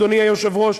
אדוני היושב-ראש,